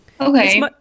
okay